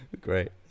Great